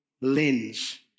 lens